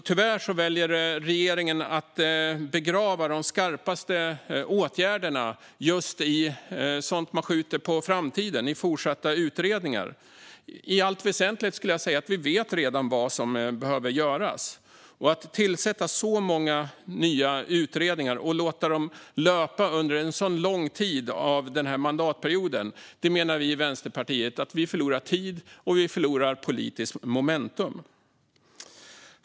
Tyvärr väljer regeringen att begrava de skarpaste åtgärderna i sådant man skjuter på framtiden, i fortsatta utredningar. Jag skulle säga att vi redan i allt väsentligt vet vad som behöver göras. När man tillsätter så många nya utredningar och låter dem löpa under en så lång tid av mandatperioden menar vi i Vänsterpartiet att vi förlorar tid och politiskt momentum.